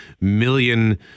million